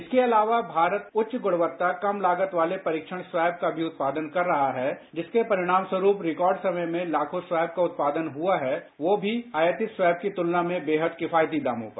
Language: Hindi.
इसके अलावा भारत उच्च गुणवत्ता कम लागत वाले परीक्षण स्वैब का भी उत्पादन कर रहा है जिसके परिणामस्वरूप रिकॉर्ड समय में लाखों स्वैब का उत्पादन हुआ है वो भी आयातित स्वैब की तुलना में बेहद किफायती दामों पर